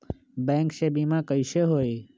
Bank से बिमा कईसे होई?